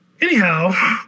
Anyhow